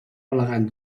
elegant